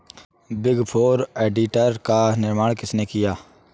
Big four auditor का निर्माण किसने किया?